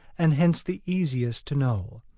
and hence the easiest to know.